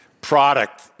product